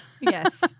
Yes